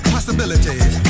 Possibilities